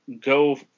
go